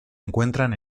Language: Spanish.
encuentran